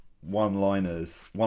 one-liners